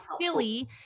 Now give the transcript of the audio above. silly